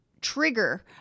trigger